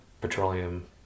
petroleum